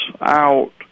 out